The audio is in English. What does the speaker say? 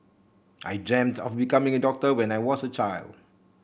I dreamt of becoming a doctor when I was a child